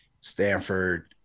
Stanford